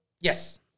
Yes